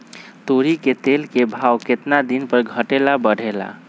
तोरी के तेल के भाव केतना दिन पर घटे ला बढ़े ला?